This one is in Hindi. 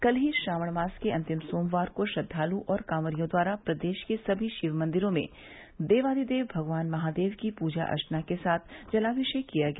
कल ही श्रावण मास के अंतिम सोमवार को श्रद्वालु और कॉवरियों द्वारा प्रदेश के सभी शिवमंदिरों में देवाधिदेव भगवान महादेव की पूजा अर्चना के साथ जलामिषेक किया गया